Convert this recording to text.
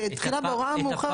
תחילה בהוראה מאוחרת יותר.